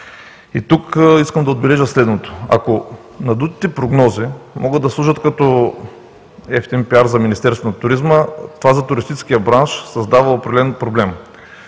Тук искам да отбележа следното: ако надутите прогнози могат да служат като евтин PR на Министерството на туризма, това за туристическия бранш създава определен проблем,